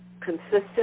consistent